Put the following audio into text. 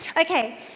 Okay